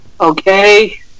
Okay